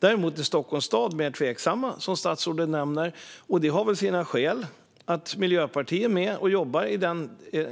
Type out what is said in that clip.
Däremot är man mer tveksam i Stockholms stad, som statsrådet nämner, och det har väl sina skäl. Miljöpartiet är ju med och jobbar i